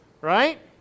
right